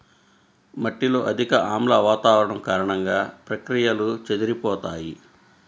మట్టిలో అధిక ఆమ్ల వాతావరణం కారణంగా, ప్రక్రియలు చెదిరిపోతాయి